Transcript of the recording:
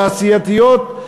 תעשייתיות,